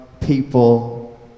people